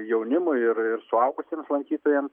jaunimui ir ir suaugusiems lankytojam